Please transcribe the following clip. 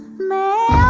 may,